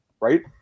right